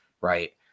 Right